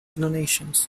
donations